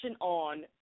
on